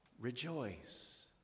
rejoice